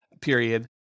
period